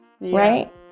Right